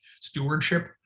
stewardship